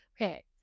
okay